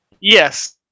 Yes